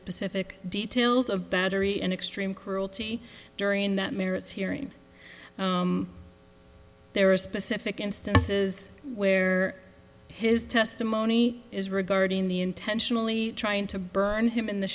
specific details of battery and extreme cruelty during that merits hearing there are specific instances where his testimony is regarding the intentionally trying to burn him in the